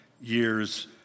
years